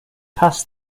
past